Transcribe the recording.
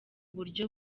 buryo